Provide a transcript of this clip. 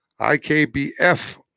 IKBF